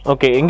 Okay